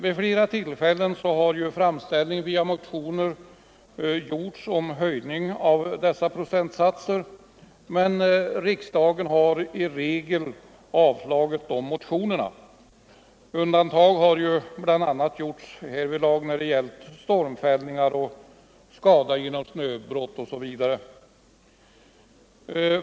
Vid flera tillfällen har framställningar via motioner gjorts om höjning av dessa procentsatser. Men riksdagen har i regel avslagit dessa motioner. Undantag har ju bl.a. gjorts när det gällt stormfällningar, snöbrott osv.